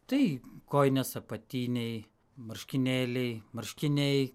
tai kojines apatiniai marškinėliai marškiniai